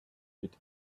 mit